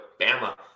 Bama